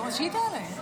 אז שהיא תעלה.